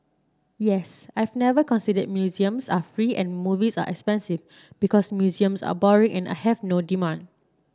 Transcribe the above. yes I've never considered museums are free and movies are expensive because museums are boring and have no demand